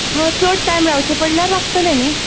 हय चड टायम रावचे पडल्यार लागतले न्ही